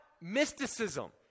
mysticism